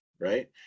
right